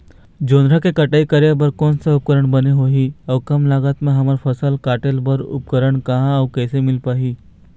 जोंधरा के कटाई करें बर कोन सा उपकरण बने होही अऊ कम लागत मा हमर फसल कटेल बार उपकरण कहा अउ कैसे मील पाही?